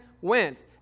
went